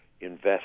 invest